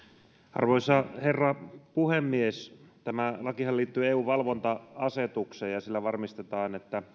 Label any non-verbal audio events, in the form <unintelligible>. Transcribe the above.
arvoisa herra puhemies tämä lakihan liittyy eun valvonta asetukseen ja sillä varmistetaan että <unintelligible>